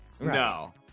No